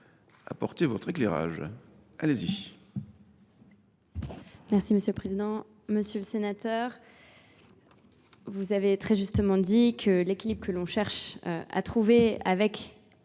apporter votre éclairage. Allez-y.